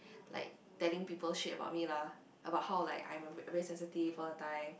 like telling people shit about me lah about how like I'm very sensitive all the time